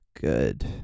good